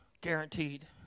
Guaranteed